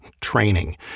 training—